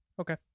Okay